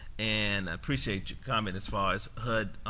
and i appreciate your comment as far as hud,